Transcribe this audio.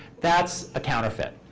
that's a counterfeit.